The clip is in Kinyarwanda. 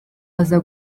aza